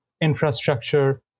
infrastructure